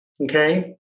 okay